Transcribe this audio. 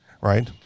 right